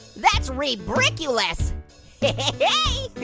that's re-brick-ulous but